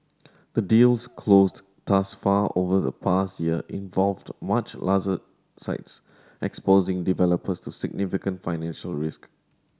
the deals closed thus far over the past year involved much larger sites exposing developers to significant financial risk